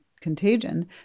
contagion